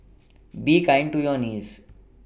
be kind to your knees